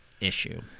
Issue